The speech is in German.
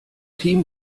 team